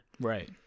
Right